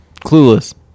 Clueless